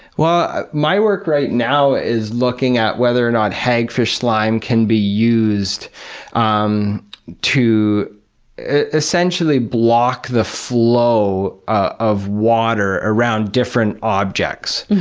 well, my work right now is looking at whether or not hagfish slime can be used um to essentially block the flow of water around different objects,